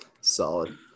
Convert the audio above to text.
Solid